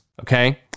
okay